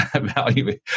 value